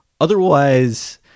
Otherwise